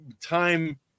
time